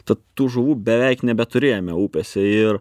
tad tų žuvų beveik nebeturėjome upėse ir